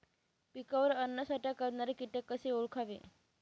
पिकावर अन्नसाठा करणारे किटक कसे ओळखावे?